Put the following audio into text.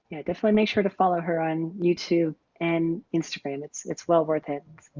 yeah definitely make sure to follow her on youtube and instagram it's it's well worth it.